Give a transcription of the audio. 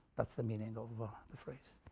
that's the meaning of ah the phrase.